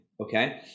Okay